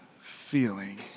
feeling